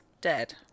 dead